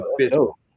official